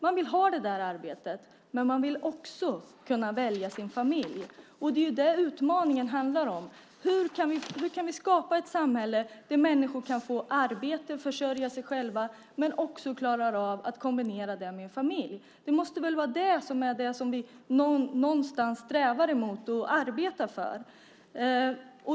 Man vill ha det där arbetet, men man vill också kunna välja sin familj. Och utmaningen handlar om hur vi kan skapa ett samhälle där människor kan få arbete och försörja sig själva men också klara av att kombinera det med familj. Det måste väl vara det som vi någonstans strävar efter och arbetar för?